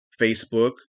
Facebook